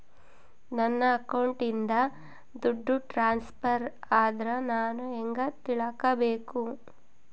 ನನ್ನ ಅಕೌಂಟಿಂದ ದುಡ್ಡು ಟ್ರಾನ್ಸ್ಫರ್ ಆದ್ರ ನಾನು ಹೆಂಗ ತಿಳಕಬೇಕು?